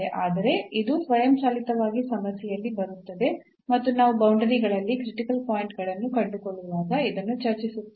ಆದರೆ ಇದು ಸ್ವಯಂಚಾಲಿತವಾಗಿ ಸಮಸ್ಯೆಯಲ್ಲಿ ಬರುತ್ತದೆ ಮತ್ತು ನಾವು ಬೌಂಡರಿಗಳಲ್ಲಿ ಕ್ರಿಟಿಕಲ್ ಪಾಯಿಂಟ್ ಗಳನ್ನು ಕಂಡುಕೊಳ್ಳುವಾಗ ಇದನ್ನು ಚರ್ಚಿಸುತ್ತೇವೆ